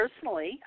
Personally